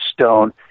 Stone